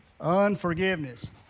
Unforgiveness